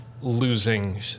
losing